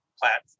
platform